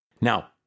Now